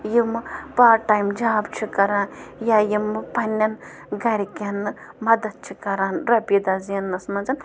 یِم part time job چھِ کَران یا یِمہٕ پنٛنٮ۪ن گَرکٮ۪ن مَدتھ چھِ کَران رۄپیہِ دَہ زینٛنَس منٛز